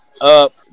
up